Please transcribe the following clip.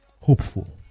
hopeful